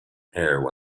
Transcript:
air